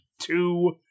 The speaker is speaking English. two